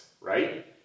right